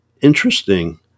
interesting